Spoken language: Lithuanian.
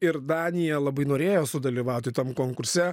ir danija labai norėjo sudalyvauti tam konkurse